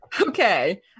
Okay